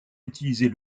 utiliser